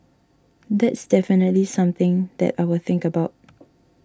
that's definitely something that I will think about